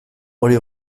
hori